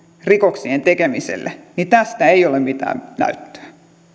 rikoksien tekemiselle tästä ei ole mitään näyttöä